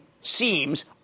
seems